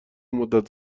مدت